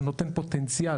זה נותן פוטנציאל.